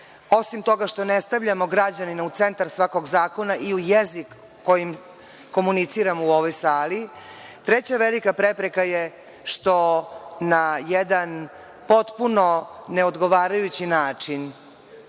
osim toga što ne stavljamo građanina u centar svakog zakona i u jezik kojim komuniciramo u ovoj sali, treća velika prepreka je što na jedan potpuno neodgovarajući način